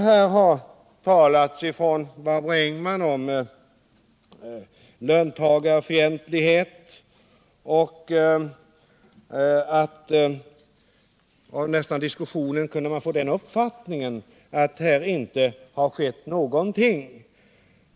Barbro Engman har talat om löntagarfientlighet, och med ledning av diskussionen kan man nästan få den uppfattningen att här inte har skett någonting.